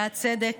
בעד צדק,